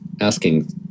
asking